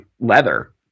leather